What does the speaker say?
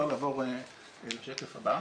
השקף הבא